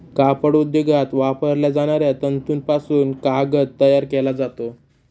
कापड उद्योगात वापरल्या जाणाऱ्या तंतूपासून कागद तयार केला जातो